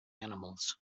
animals